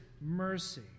mercy